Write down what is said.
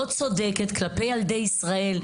לא צודקת כלפי ילדי ישראל,